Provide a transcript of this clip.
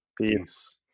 Peace